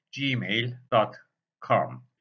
gmail.com